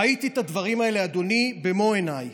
ראיתי את הדברים האלה, אדוני, במו עיניי: